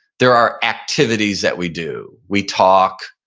there are activities that we do. we talk,